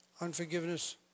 Unforgiveness